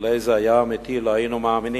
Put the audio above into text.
לולא זה היה אמיתי לא היינו מאמינים.